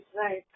right